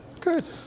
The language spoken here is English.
Good